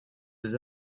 des